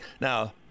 Now